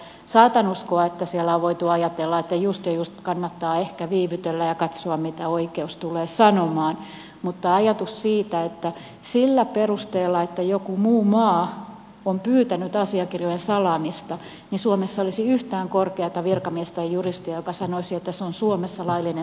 saatan uskoa että siellä on voitu ajatella että just ja just kannattaa ehkä viivytellä ja katsoa mitä oikeus tulee sanomaan mutta en usko ajatukseen siitä että suomessa olisi yhtään korkeata virkamiestä tai juristia joka sanoisi että se että joku muu maa on pyytänyt asiakirjojen salaamista on suomessa olisi yhtään korkeata virkamiestäjuristi joka sanoisi että se on suomessa laillinen salausperuste